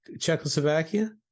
Czechoslovakia